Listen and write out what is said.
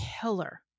killer